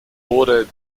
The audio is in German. wurde